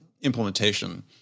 implementation